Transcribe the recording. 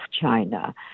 China